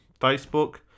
Facebook